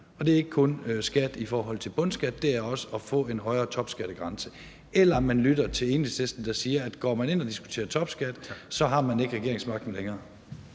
og det er ikke kun skat i forhold til bundskat, det er også at få en højere topskattegrænse – eller om man lytter til Enhedslisten, der siger, at går man ind og diskuterer topskat, har man ikke regeringsmagten længere.